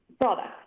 products